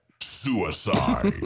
Suicide